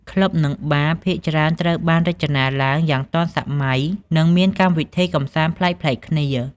ក្លឹប និងបារភាគច្រើនត្រូវបានរចនាឡើងយ៉ាងទាន់សម័យ និងមានកម្មវិធីកម្សាន្តប្លែកៗគ្នា។